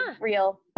real